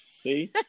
See